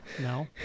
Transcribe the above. No